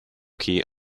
key